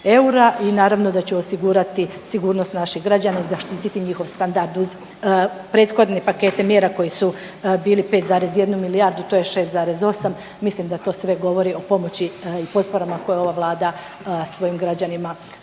i naravno da će osigurati sigurnost naših građana i zaštiti njihov standard uz prethodne pakete mjera koji su bili 5,1 milijardu to je 6,8. Mislim da to sve govori o pomoći i potporama koje ova Vlada svojim građanima daje da